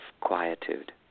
quietude